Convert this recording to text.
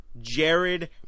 Jared